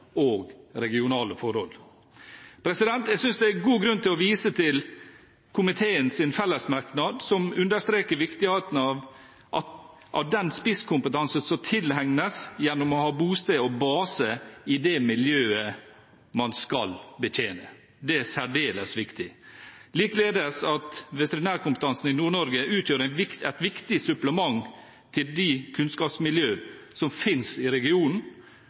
og regionale forhold. Jeg syns det er god grunn til å vise til komiteens fellesmerknad, som understreker viktigheten av den spisskompetansen som tilegnes gjennom å ha bosted og base i det miljøet man skal betjene. Det er særdeles viktig. Likeledes at veterinærkompetansen i Nord-Norge utgjør et viktig supplement til de kunnskapsmiljøene som finnes i regionen